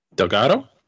Delgado